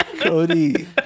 Cody